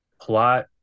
plot